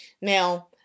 Now